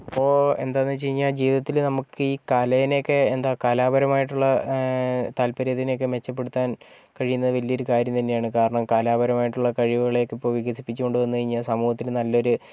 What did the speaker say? അപ്പോൾ എന്താന്ന് വെച്ചുകഴിഞ്ഞാൽ ജീവിതത്തിൽ നമുക്കീ കലനെയോക്കെ എന്താ കലാപരമായിട്ടുള്ള താല്പര്യത്തിനൊക്കെ മെച്ചപ്പെടുത്താൻ കഴിയുന്ന വലിയൊരു കാര്യം തന്നെയാണ് കാരണം കലാപരമായിട്ടുള്ള കഴിവുകളൊക്കെ ഇപ്പോൾ വികസിപ്പിച്ചു കൊണ്ടുവന്നു കഴിഞ്ഞാൽ സമൂഹത്തിന് നല്ലൊരു